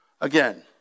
again